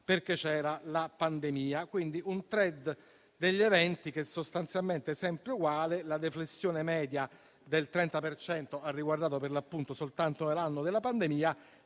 perché c'era la pandemia. Il *trend* degli eventi, quindi, è sostanzialmente sempre uguale. La deflessione media del 30 per cento ha riguardato, per l'appunto, soltanto l'anno della pandemia